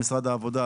למשרד העבודה,